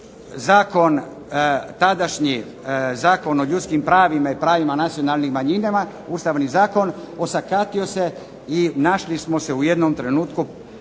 Zakon tadašnji o ljudskim pravima i pravima nacionalnih manjina, osakatio se i našli smo se u jednom trenutku